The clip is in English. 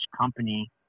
company